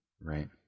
Right